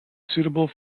suitable